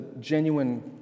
genuine